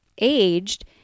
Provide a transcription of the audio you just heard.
aged